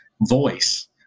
voice